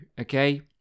okay